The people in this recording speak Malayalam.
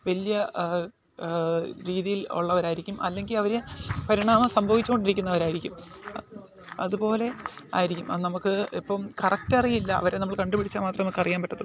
വലിയ രീതിയിൽ ഉള്ളവരായിരിക്കും അല്ലെങ്കിൽ അവർ പരിണാമം സംഭവിച്ച് കൊണ്ടിരിക്കുന്നവരായിരിക്കും അതുപോലെ ആയിരിക്കും അത് നമുക്ക് ഇപ്പം കറക്റ്റ് അറിയില്ല അവരെ നമ്മൾ കണ്ടുപിടിച്ചാൽ മാത്രമേ നമുക്കറിയാൻ പറ്റുള്ളൂ